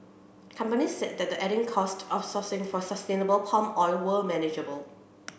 companies said the added costs of sourcing for sustainable palm oil were manageable